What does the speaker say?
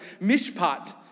mishpat